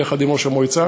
יחד עם ראש המועצה,